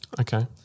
Okay